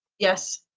yes.